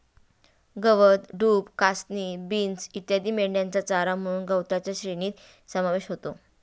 गवत, डूब, कासनी, बीन्स इत्यादी मेंढ्यांचा चारा म्हणून गवताच्या श्रेणीत समावेश होतो